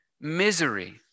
Misery